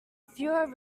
fewer